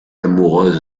amoureuse